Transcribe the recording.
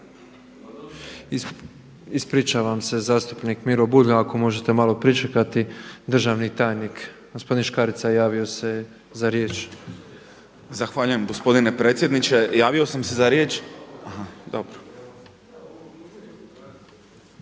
Ispričavam se, zastupnik Miro Bulj ako možete malo pričekati. Državni tajnik gospodin Škarica javio se za riječ. **Škarica, Mihovil** Zahvaljujem gospodine predsjedniče, uvaženi